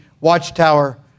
Watchtower